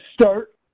start